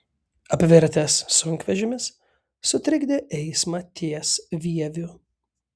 apvirtęs sunkvežimis sutrikdė eismą ties vieviu